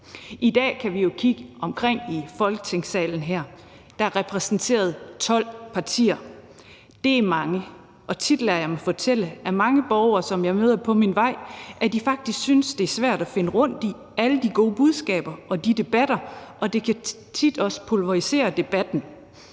I dag kan vi jo kigge os omkring i Folketingssalen her, hvor der er repræsenteret 12 partier, og det er mange. Jeg lader mig fortælle af mange borgere, som jeg møder på min vej, at de faktisk synes, det er svært at finde rundt i alle de gode budskaber og debatterne, og det kan tit også pulverisere debatten.